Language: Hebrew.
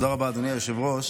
תודה רבה, אדוני היושב-ראש.